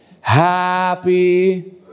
Happy